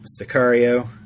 Sicario